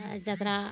जकरा